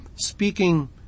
speaking